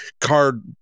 card